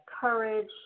courage